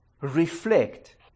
reflect